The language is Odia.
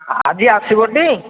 ଆଜି ଆସିବ ଟି